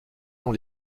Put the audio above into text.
dans